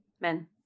men